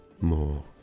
more